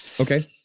Okay